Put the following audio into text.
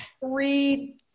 three